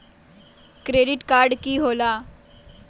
Credit card की होला?